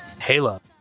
Halo